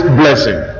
blessing